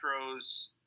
Astros